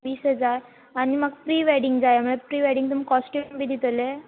वीस हजार आनी म्हाका प्री वॅडींग जाय म्हळ्यार प्री वॅडींग तुमी कॉस्ट्यूम बी दितले